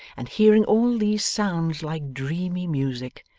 and hearing all these sounds like dreamy music,